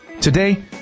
Today